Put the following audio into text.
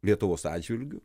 lietuvos atžvilgiu